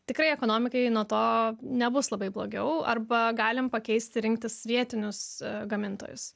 tikrai ekonomikai nuo to nebus labai blogiau arba galim pakeisti rinktis vietinius gamintojus